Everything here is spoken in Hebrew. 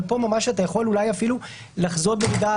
אבל פה ממש אתה יכול אולי אפילו לחזות במידה